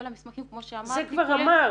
המסמכים כמו שאמרתי קודם -- זה כבר אמרת.